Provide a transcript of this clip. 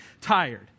tired